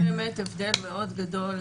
יש באמת הבדל גדול מאוד,